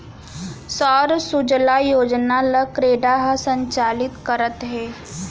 सौर सूजला योजना ल क्रेडा ह संचालित करत हे